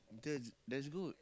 that that's good